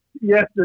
Yes